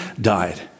died